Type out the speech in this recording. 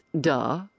duh